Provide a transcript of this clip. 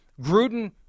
Gruden